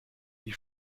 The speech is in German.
die